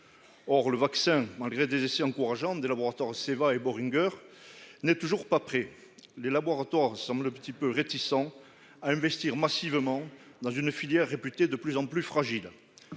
Or le vaccin malgré des essais encourageants de laboratoire CEVA et Boehringer n'est toujours pas prêt. Les laboratoires semblent petit peu réticents à investir massivement dans une filière réputée de plus en plus fragiles.